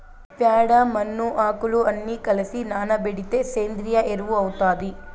ప్యాడ, మన్ను, ఆకులు అన్ని కలసి నానబెడితే సేంద్రియ ఎరువు అవుతాది